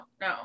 no